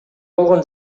болгон